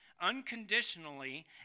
unconditionally